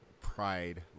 pride